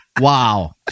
Wow